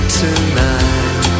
tonight